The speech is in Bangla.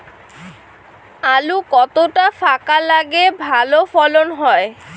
আলু কতটা ফাঁকা লাগে ভালো ফলন হয়?